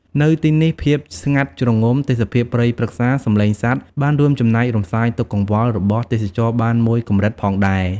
នៅទីនេះ ភាពស្ងាត់ជ្រងំ ទេសភាពព្រៃព្រឹក្សា សំឡេងសត្វ បានរួមចំណែករំសាយទុក្ខកង្វល់របស់ទេសចរបានមួយកម្រិតផងដែរ។